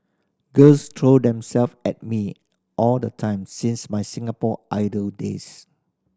girls throw themselves at me all the time since my Singapore Idol days